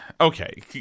okay